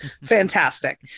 fantastic